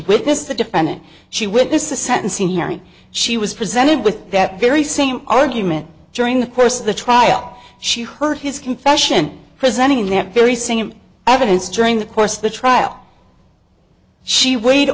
witnessed the defendant she witnessed the sentencing hearing she was presented with that very same argument during the course of the trial she heard his confession presenting that very same evidence during the course of the trial she weighed